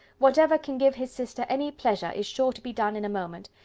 whatever can give his sister any pleasure is sure to be done in a moment.